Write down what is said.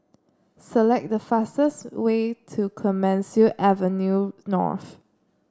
select the fastest way to Clemenceau Avenue North